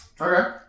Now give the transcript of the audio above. Okay